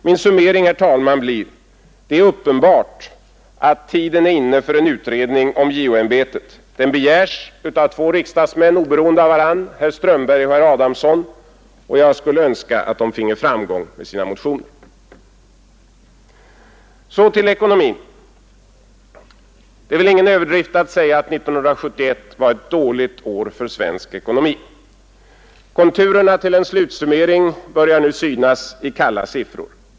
Min summering blir: Det är uppenbart att tiden är inne för en utredning om JO-ämbetet. En sådan begärs av två riksdagsmän, oberoende av varandra, nämligen herr Strömberg och herr Adamsson. Jag önskar att de finge framgång med sina motioner. Så till ekonomin. Det är väl ingen överdrift att säga att 1971 var ett dåligt år för svensk ekonomi. Konturerna till en slutsummering börjar nu synas i kalla siffror.